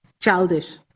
Childish